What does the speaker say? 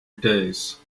days